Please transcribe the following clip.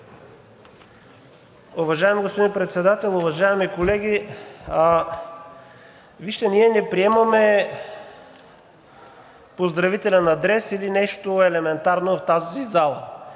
Уважаеми господин Председател, уважаеми колеги! Вижте, ние не приемаме поздравителен адрес или нещо елементарно в тази зала,